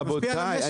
רבותי,